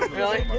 but really?